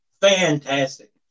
fantastic